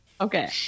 Okay